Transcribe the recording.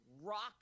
rock